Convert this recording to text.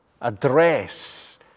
address